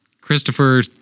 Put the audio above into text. Christopher